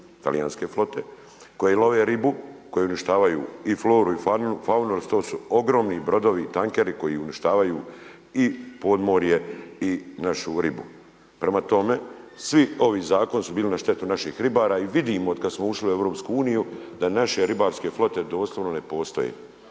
talijanske flote koje love ribu, koje uništavaju i floru i faunu jer to su ogromni brodovi i tankeri koji uništavaju i podmorje i našu ribu. Prema tome, svi ovi zakoni su bili na štetu naših ribara i vidimo od kada smo ušli u EU da naše ribarske flote doslovno ne postoje,